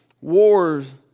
Wars